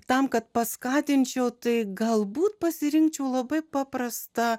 tam kad paskatinčiau tai galbūt pasirinkčiau labai paprastą